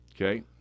Okay